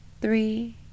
Three